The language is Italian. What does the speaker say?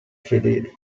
fedeli